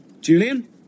Julian